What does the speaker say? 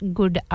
good